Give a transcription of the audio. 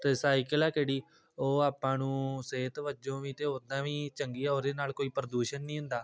ਅਤੇ ਸਾਈਕਲ ਆ ਜਿਹੜੀ ਉਹ ਆਪਾਂ ਨੂੰ ਸਿਹਤ ਵਜੋਂ ਵੀ ਅਤੇ ਉੱਦਾਂ ਵੀ ਚੰਗੀ ਆ ਉਹਦੇ ਨਾਲ ਕੋਈ ਪ੍ਰਦੂਸ਼ਣ ਨਹੀਂ ਹੁੰਦਾ